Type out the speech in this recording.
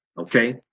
Okay